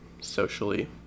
socially